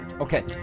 Okay